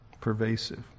pervasive